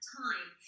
time